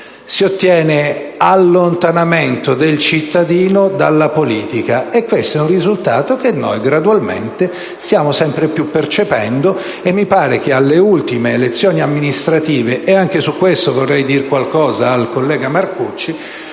allontanamento del cittadino dalla politica. Questo è un risultato che noi, gradualmente, stiamo sempre più percependo, e mi pare che alle ultime elezioni amministrative (e anche su questo vorrei dire qualcosa al collega Marcucci)